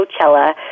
Coachella